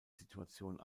situation